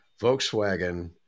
Volkswagen